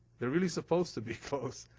they're really supposed to be close.